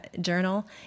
journal